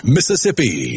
Mississippi